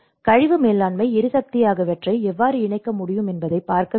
எனவே கழிவு மேலாண்மை எரிசக்தி ஆகியவற்றை எவ்வாறு இணைக்க முடியும் என்பதைப் பார்க்க வேண்டும்